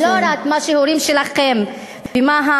לא רק מה שההורים שלכם ומה,